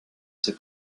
ses